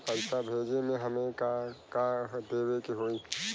पैसा भेजे में हमे का का देवे के होई?